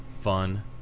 Fun